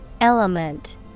Element